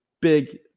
big